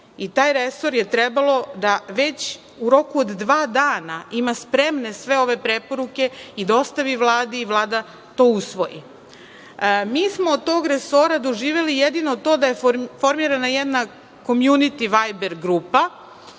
i taj resor je trebalo da već u roku od dva dana ima spremne sve ove preporuke, dostavi Vladi i Vlada to usvoji. Mi smo od tog resora doživeli jedino to da je formirana jedna "komjuniti vajber grupa"